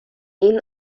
این